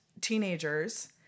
teenagers